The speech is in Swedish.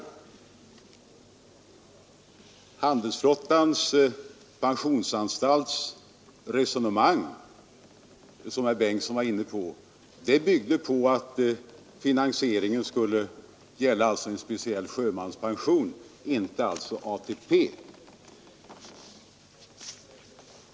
Handelsflottans pensionsanstalt byggde närmast sitt resonemang på förutsättningarna att finansieringen skulle gälla en speciell sjömanspension, inte ATP.